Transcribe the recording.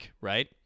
right